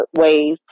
ways